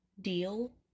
deal